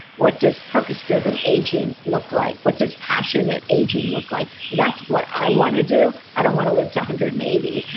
what does purpose-driven aging look like? what does passionate aging look like? that's what i want to do. i don't want to live to one hundred and eighty.